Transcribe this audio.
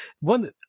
One